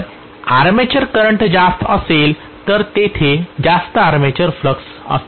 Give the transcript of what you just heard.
जर armature current जास्त असेल तर तेथे जास्त आर्मेचर फ्लक्स असतील